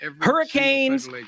hurricanes